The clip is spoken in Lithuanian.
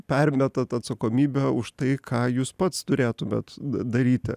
permetat atsakomybę už tai ką jūs pats turėtumėt daryti